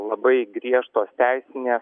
labai griežtos teisinės